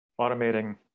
automating